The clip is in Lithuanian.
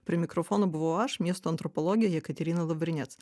prie mikrofono buvau aš miesto antropologė jekaterina luvrinec